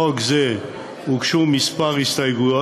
חוק זו הוגשו כמה הסתייגויות.